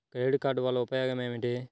Credit card వల్ల ఉపయోగం ఏమిటీ?